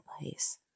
place